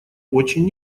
очень